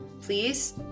please